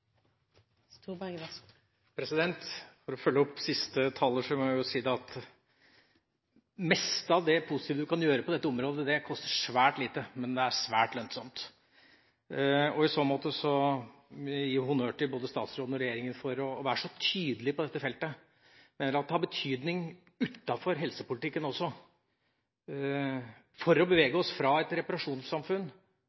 For å følge opp siste taler må jeg si at det meste av det positive du kan gjøre på dette området, koster svært lite, men er svært lønnsomt. I så måte vil jeg gi honnør til både statsråden og regjeringa for å være så tydelige på dette feltet. Det har betydning også utenfor helsepolitikken